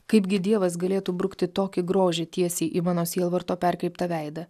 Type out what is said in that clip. kaipgi dievas galėtų brukti tokį grožį tiesiai į mano sielvarto perkreiptą veidą